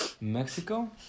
Mexico